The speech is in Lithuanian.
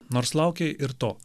nors laukei ir to